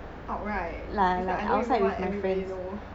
out right is like I don't even want everybody to know